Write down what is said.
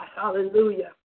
hallelujah